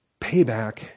payback